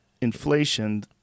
inflation